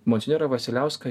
monsinjorą vasiliauską